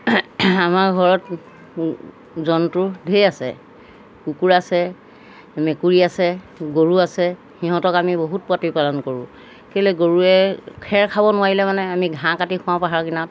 আমাৰ ঘৰত জন্তু ঢেৰ আছে কুকুৰ আছে মেকুৰী আছে গৰু আছে সিহঁতক আমি বহুত প্ৰতিপালন কৰোঁ কেলৈ গৰুৱে খেৰ খাব নোৱাৰিলে মানে আমি ঘাঁহ কাটি খোৱাওঁ পাহাৰৰ কিনাৰত